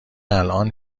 الان